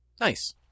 Nice